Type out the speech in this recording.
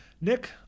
Nick